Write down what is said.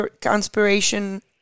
Conspiracy